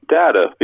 data